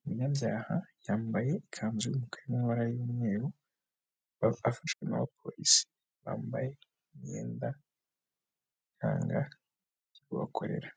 umunyabyaha yambaye ikanzu y' umukara n'amabara y'umweru, afashwe n'abapolisi bambaye imyenda iranga aho bakorera.